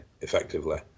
effectively